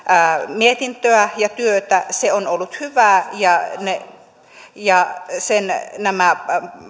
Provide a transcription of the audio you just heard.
mietintöä ja työtä se on ollut hyvää ja nämä